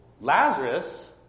Lazarus